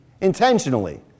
intentionally